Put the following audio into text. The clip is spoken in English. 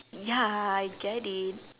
ya I get it